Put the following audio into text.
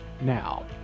Now